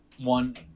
one